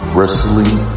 Wrestling